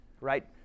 right